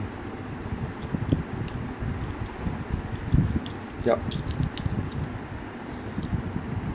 yup